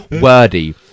wordy